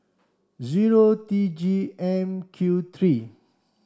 zero T G M Q three